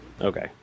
Okay